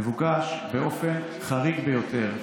מבוקש, באופן חריג ביותר,